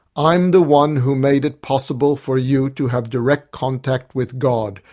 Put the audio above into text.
i'm the one who made it possible for you to have direct contact with god.